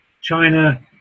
China